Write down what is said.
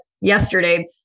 yesterday